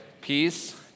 peace